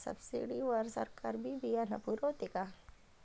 Subsidy वर सरकार बी बियानं पुरवते का?